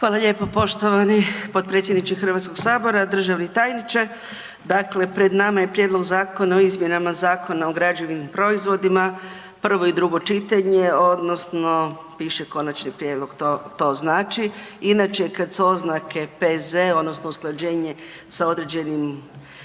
Hvala lijepo poštovani potpredsjedniče HS-a. Državni tajniče. Dakle, pred nama je Prijedlog zakona o izmjenama Zakona o građevnim proizvodima, prvo i drugo čitanje odnosno piše Konačni prijedlog, to znači inače kada su oznake PZ odnosno usklađenje sa određenim